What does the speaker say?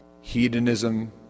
hedonism